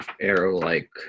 arrow-like